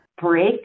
Break